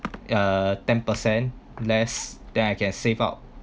uh ten percent less then I can save up